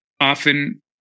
often